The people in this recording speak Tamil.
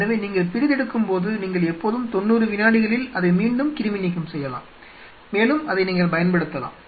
எனவே நீங்கள் பிரித்தெடுக்கும் போது நீங்கள் எப்போதும் 90 வினாடிகளில் அதை மீண்டும் கிருமி நீக்கம் செய்யலாம் மேலும் அதை நீங்கள் பயன்படுத்தலாம்